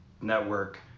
network